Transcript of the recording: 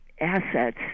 assets